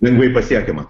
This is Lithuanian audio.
lengvai pasiekiama